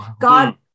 God